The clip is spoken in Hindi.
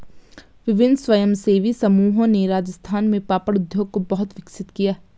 विभिन्न स्वयंसेवी समूहों ने राजस्थान में पापड़ उद्योग को बहुत विकसित किया